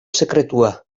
sekretua